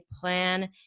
plan